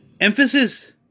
emphasis